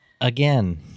again